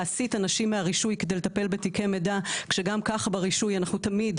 להסית אנשים מהרישוי כדי לטפל בתיקי מידע כשגם כך ברישוי תמיד,